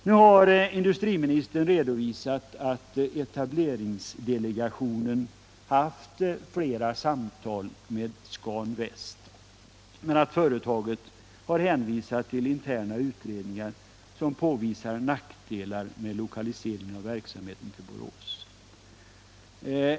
Nu har industriministern redovisat att etableringsdelegationen haft flera samtal med Scan Väst men att företaget hänvisat till interna utredningar som påvisar nackdelar med lokalisering av verksamheten till Borås.